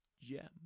gem